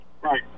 Right